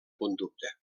conducta